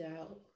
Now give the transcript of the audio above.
out